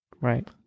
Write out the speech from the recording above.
right